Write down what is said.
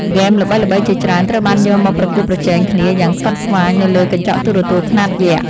ហ្គេមល្បីៗជាច្រើនត្រូវបានយកមកប្រកួតប្រជែងគ្នាយ៉ាងស្វិតស្វាញនៅលើកញ្ចក់ទូរទស្សន៍ខ្នាតយក្ស។